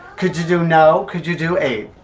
could you do no, could you do eight?